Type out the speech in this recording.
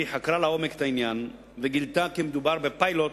חקרה לעומק את העניין וגילתה כי מדובר בפיילוט